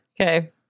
okay